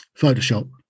photoshop